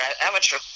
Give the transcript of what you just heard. amateur